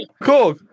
cool